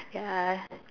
ya